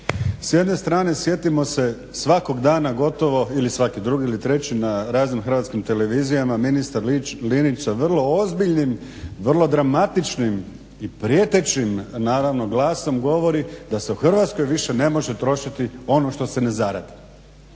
s jedne strane sjetimo se svakog dana gotovo ili svaki drugi ili treći na raznim hrvatskim televizijama ministar Linić sa vrlo ozbiljnim, vrlo dramatičnim i prijetećim naravno glasom govori da se u Hrvatskoj više ne može trošiti ono što se ne zaradi.